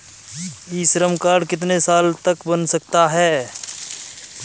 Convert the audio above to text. ई Shram card कितने साल तक बन सकता है?